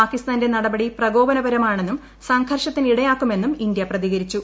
പാകിസ്ഥാന്റെ നടപടി പ്രകോപനപരമാണെന്നും സംഘർഷത്തിനിടയാക്കുമെന്നും ഇന്ത്യ പ്രതികരിച്ചു